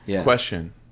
Question